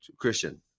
Christian